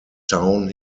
town